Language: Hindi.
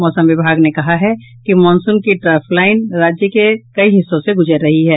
मौसम विभाग ने कहा है कि मॉनसून की ट्रफ लाईन राज्य के कई हिस्सों से गुजर रही है